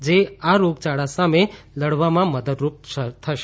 જે આ રોગચાળા સામે લડવામાં મદદરૂપ થશે